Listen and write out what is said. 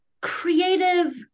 Creative